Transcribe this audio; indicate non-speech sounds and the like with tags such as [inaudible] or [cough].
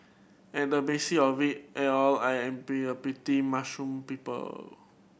at the basis of it [unintelligible] all I am be a pretty mushroom people